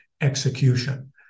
execution